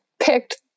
picked